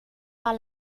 par